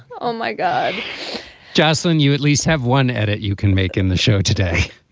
oh, my god josslyn, you at least have one edit you can make in the show today,